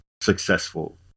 successful